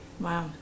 Wow